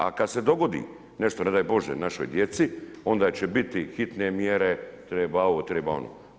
A kad se dogodi nešto ne daj Bože našoj djeci, onda će biti hitne mjere, treba ovo, treba ono.